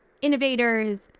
innovators